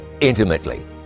intimately